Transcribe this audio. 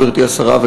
גברתי השרה,